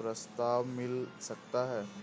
प्रस्ताव मिल सकता है?